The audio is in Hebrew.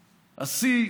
השיא,